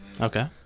Okay